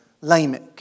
Lamech